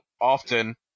often